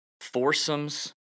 Foursomes